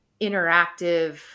interactive